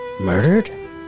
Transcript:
Murdered